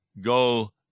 go